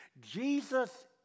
Jesus